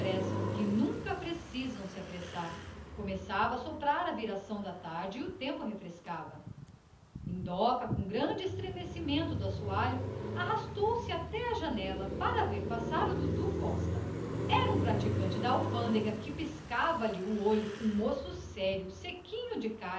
apressam que nunca precisam de se apressar começava a soprar a viração da tarde e o tempo refrescava lindoca com grande estremecimento do assoalho arrastou-se até à janela para ver passar o dudu costa dudu era um praticante da alfândega que lhe arrastava a asa rapaz sério sequinho de carnes